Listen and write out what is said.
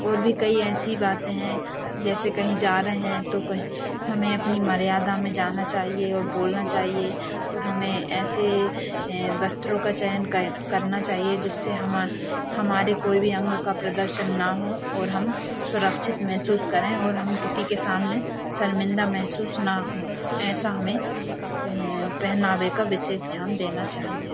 और भी कई ऐसी बातें हैं जैसे कहीं जा रहे हैं तो कहीं हमें अपनी मर्यादा में जाना चाहिए और बोलना चाहिए और हमें ऐसे वस्त्रों का चयन करना चाहिए जिससे हमा हमारे कोई भी अंग का प्रदर्शन न हो ओर हम सुरक्षित महसूस करें और हम किसी के सामने शर्मिन्दा महसूस न हों ऐसा हमें पहनावे का विशेष ध्यान देना चाहिए